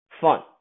fun